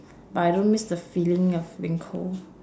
but I don't miss the feeling of being cold